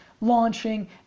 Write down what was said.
launching